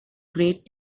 great